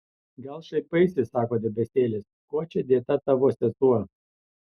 gal šaipaisi sako debesėlis kuo čia dėta tavo sesuo